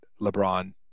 LeBron